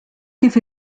kif